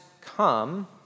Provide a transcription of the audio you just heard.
come